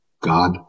God